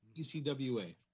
ECWA